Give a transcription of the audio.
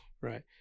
Right